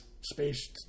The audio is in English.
space